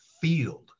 field